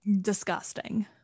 disgusting